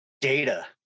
data